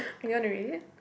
you want to read it